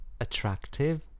attractive